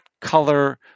color